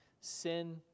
sin